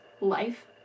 life